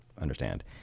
understand